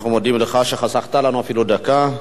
אנחנו מודים לך שחסכת לנו אפילו דקה.